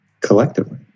collectively